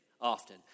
often